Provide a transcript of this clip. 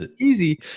easy